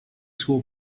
school